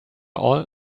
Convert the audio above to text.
all